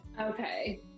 okay